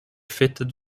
fitted